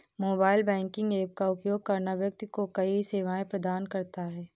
mobile banking app का उपयोग करना व्यक्ति को कई सेवाएं प्रदान करता है